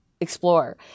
explore